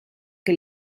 che